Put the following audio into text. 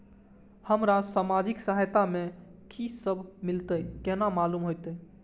हमरा सामाजिक सहायता में की सब मिलते केना मालूम होते?